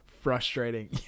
frustrating